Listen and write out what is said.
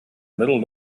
little